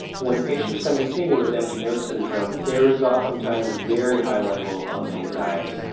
when patients come to see me with empty nose syndrome there is oftentimes a very high level of anxiety.